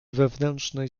wewnętrznej